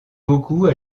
beaucoup